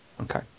okay